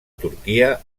turquia